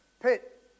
pit